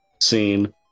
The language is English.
scene